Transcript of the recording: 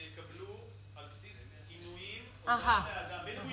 יקבלו על בסיס עינויים הודאה מבן אדם,